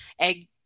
Egg